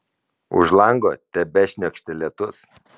už lango tebešniokštė lietus